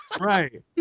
right